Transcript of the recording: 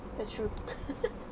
that's true